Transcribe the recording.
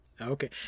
Okay